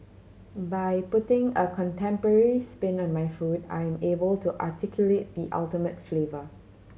by putting a contemporary spin on my food I am able to articulate the ultimate flavour